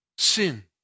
Sin